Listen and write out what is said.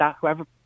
whoever